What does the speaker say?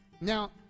Now